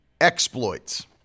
exploits